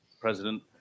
president